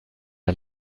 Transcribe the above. der